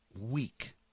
week